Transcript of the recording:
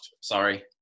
sorry